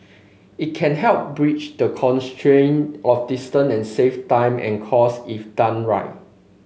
it can help bridge the constraint of distance and save time and cost if done right